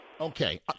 okay